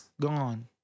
gone